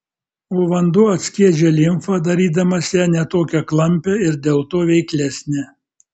o vanduo atskiedžia limfą darydamas ją ne tokią klampią ir dėl to veiklesnę